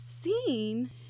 seen